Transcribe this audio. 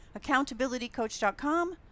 accountabilitycoach.com